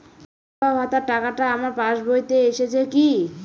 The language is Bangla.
আমার বিধবা ভাতার টাকাটা আমার পাসবইতে এসেছে কি?